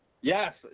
Yes